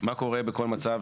מה קורה בכל מצב